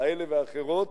אלה ואחרות.